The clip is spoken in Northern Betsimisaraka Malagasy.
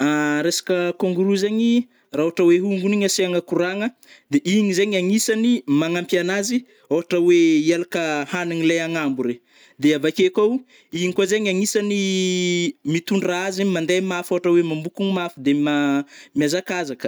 Resaka kangoroa zegny, ra ôhatra oe hongony igny asiagna koragna, de igny zegny agnisany magnampy anazy ôhatra oe ialaka hanigny le agnambo regny, de avake koao, igny koa ze agnisany mitondra azy zegny mandeha mafy ôhatra oe mamokony mafy de ma-miazakazaka.